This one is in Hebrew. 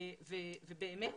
ובאמת